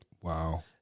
Wow